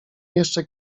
jeszcze